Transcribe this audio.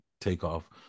takeoff